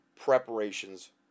preparations